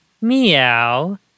meow